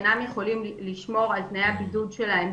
הם לא יוכלו לצאת למקומות העבודה.